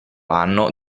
anno